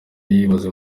yibaza